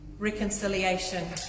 Reconciliation